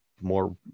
more